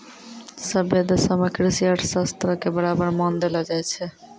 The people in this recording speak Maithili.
सभ्भे देशो मे कृषि अर्थशास्त्रो के बराबर मान देलो जाय छै